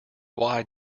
why